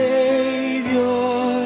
Savior